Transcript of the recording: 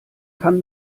kann